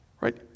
Right